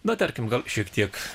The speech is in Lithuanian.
na tarkim gal šiek tiek